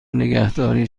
نگهداری